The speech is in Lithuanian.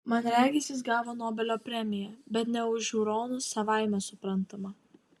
man regis jis gavo nobelio premiją bet ne už žiūronus savaime suprantama